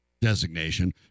designation